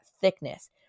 thickness